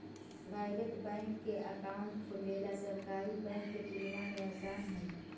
private bank में account खोलेला सरकारी बैंक के तुलना में आसान हइ